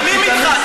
מסכימים אתך.